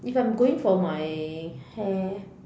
if I'm going for my hair